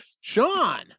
sean